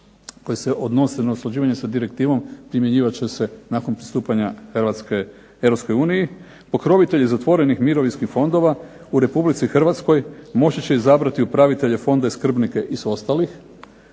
koje se odnose na usklađivanje sa direktivom primjenjivat će se nakon pristupanja Hrvatske Europskoj uniji, pokrovitelji zatvorenih mirovinskih fondova u Republici Hrvatskoj moći će izabrati upravitelje fonda i skrbnike iz ostalih